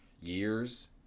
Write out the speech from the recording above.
years